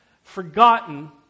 forgotten